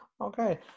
okay